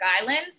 Islands